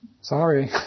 Sorry